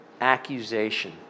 accusation